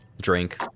drink